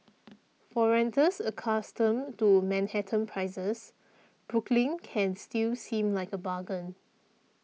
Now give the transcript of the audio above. for renters accustomed to Manhattan prices Brooklyn can still seem like a bargain